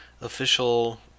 official